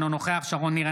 אינו נוכח שרון ניר,